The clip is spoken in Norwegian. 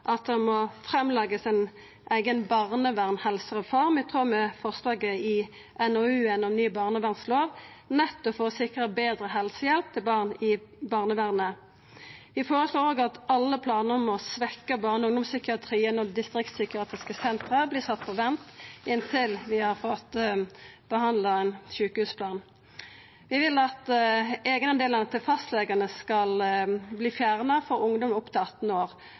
at det må leggjast fram ei eiga barnevernshelsereform, i tråd med forslaget i NOU-en om ny barnevernslov, nettopp for å sikra betre helsehjelp til barn i barnevernet. Vi føreslår òg at alle planar om å svekkja barne- og ungdomspsykiatrien og distriktspsykiatriske senter vert sette på vent inntil vi har fått behandla ein sjukehusplan. Vi vil at eigendelar til fastlegar skal verta fjerna for ungdom under 18 år.